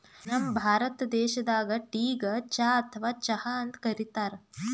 ನಮ್ ಭಾರತ ದೇಶದಾಗ್ ಟೀಗ್ ಚಾ ಅಥವಾ ಚಹಾ ಅಂತ್ ಕರಿತಾರ್